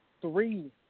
three